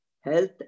health